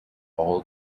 all